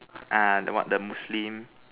ah the what the Muslim